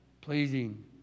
pleasing